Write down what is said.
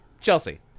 Chelsea